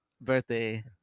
birthday